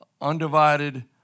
undivided